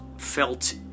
Felt